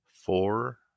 Four